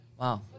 Wow